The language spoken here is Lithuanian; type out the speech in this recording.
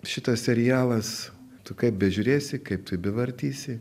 šitas serialas tu kaip bežiūrėsi kaip tu jį bevartysi